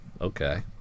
okay